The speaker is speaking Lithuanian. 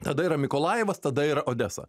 tada yra mikolajevas tada yra odesa